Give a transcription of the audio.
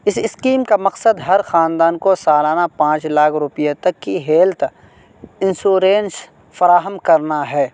اس scheme کا مقصد ہر خاندان کو سالانہ پانچ لاکھ روپیے تک کی ہیلتھ انشورنس فراہم کرنا ہے